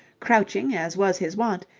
crouching as was his wont,